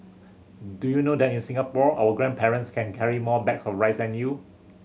do you know that in Singapore our grandparents can carry more bags of rice than you